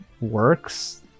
works